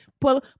Pull